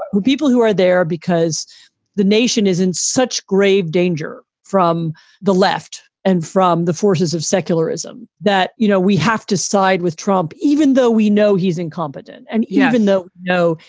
who people who are there because the nation is in such grave danger from the left and from the forces of secularism that, you know, we have to side with trump even though we know he's incompetent. and even though, no,